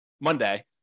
monday